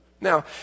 Now